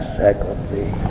secondly